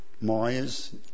Myers